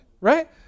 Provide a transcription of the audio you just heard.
right